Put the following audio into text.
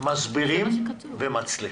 מסבירים ומצליחים.